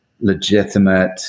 legitimate